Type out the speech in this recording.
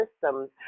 systems